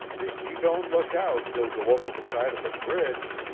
if he don't look out he'll go over the side of the bridge.